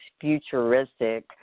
futuristic